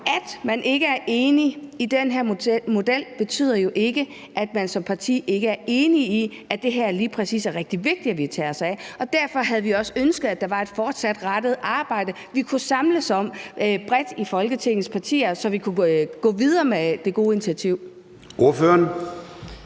At man ikke er enig i den her model, betyder jo ikke, at man som parti ikke er enig i, at lige præcis det her er rigtig vigtigt at vi tager os af. Derfor havde vi også ønsket, at der var et fortsat arbejde, vi kunne samles om bredt blandt Folketingets partier, så vi kunne gå videre med det gode initiativ. Kl.